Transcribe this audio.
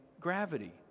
gravity